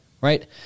right